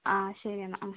ആ ശരി എന്നാൽ ആ